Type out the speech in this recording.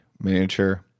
miniature